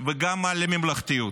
וגם על הממלכתיות,